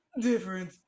Different